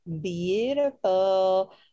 beautiful